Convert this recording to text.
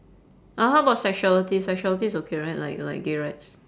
oh how about sexuality sexuality is okay right like like gay rights